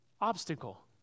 obstacle